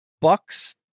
Bucks